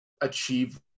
achieve